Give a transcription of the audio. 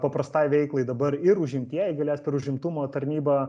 paprastai veiklai dabar ir užimtieji galės užimtumo tarnybą